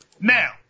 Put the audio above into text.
Now